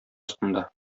астында